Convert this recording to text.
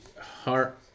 heart